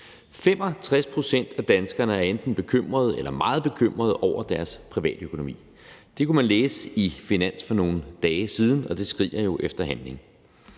65 pct. af danskerne er enten bekymrede eller meget bekymrede over deres privatøkonomi. Det kunne man læse i Finans for nogle dage siden, og det skriger jo efter handling.